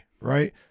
right